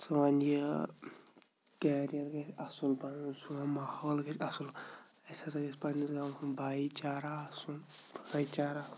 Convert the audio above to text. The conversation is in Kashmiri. سٲنۍ یہِ کیریَر گژھِ اَصُل بَنُن سون ماحول گژھِ اَصٕل اَسہِ ہسا گژھِ پنٛنِس گامَس منٛز بھایی چارہ آسُن بٲے چارہ